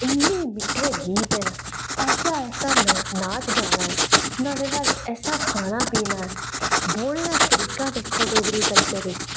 इन्ने मिट्ठे गीत ना ऐसा ऐसा नाच गाना ऐ नुआढ़े बाद ऐसा खाना पीना ऐ बौह्ने दा तरीका दिक्खो डोगरी कल्चर बिच